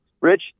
Rich